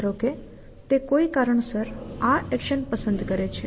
ધારો કે તે કોઈ કારણસર આ એક્શન પસંદ કરે છે